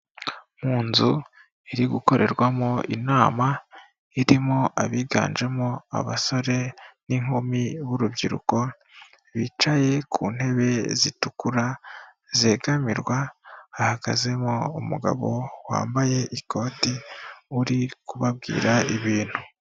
Mu nzu iri gukorerwamo inama, irimo abiganjemo abasore n'inkumi b'urubyiruko, bicaye ku ntebe zitukura, zegamirwa, hahagazemo umugabo wambaye ikoti, uri kubabwira ibintu.